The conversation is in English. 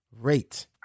rate